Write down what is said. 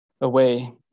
away